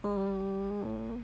oh